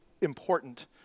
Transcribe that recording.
important